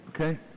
Okay